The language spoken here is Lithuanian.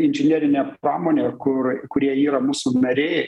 inžinerinė pramonė kur kurie yra mūsų narė